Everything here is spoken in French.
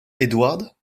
eduard